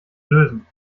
lösen